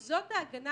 כי זאת ההגנה,